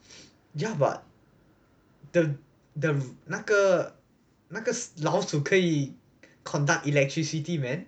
ya but the the 那个那个老鼠可以 conduct electricity man